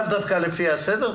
לאו דווקא לפי הסדר,